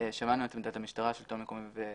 שמענו את עמדת המשטרה, השלטון המקומי ואת